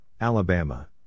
Alabama